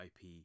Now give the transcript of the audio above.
IP